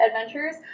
adventures